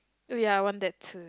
oh ya I want that too